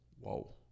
Whoa